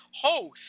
host